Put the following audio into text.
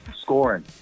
scoring